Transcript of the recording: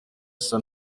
isa